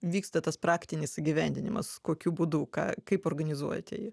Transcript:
vyksta tas praktinis įgyvendinimas kokiu būdu ką kaip organizuojate jį